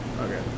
Okay